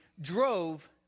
drove